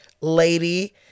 lady